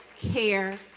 care